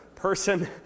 person